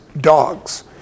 dogs